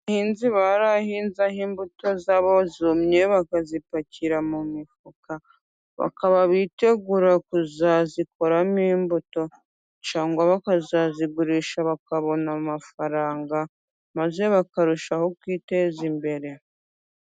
Abahinzi barahinze, aho imbuto zabo zumye bakazipakira mu mifuka, bakaba bitegura kuzazikoramo imbuto cyangwa bakazazigurisha, bakabona amafaranga maze bakarushaho kwiteza imbere.